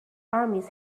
armies